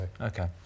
okay